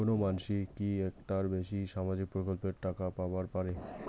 কোনো মানসি কি একটার বেশি সামাজিক প্রকল্পের টাকা পাবার পারে?